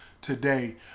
today